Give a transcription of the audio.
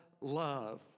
love